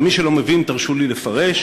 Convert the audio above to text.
למי שלא מבין, תרשו לי לפרש,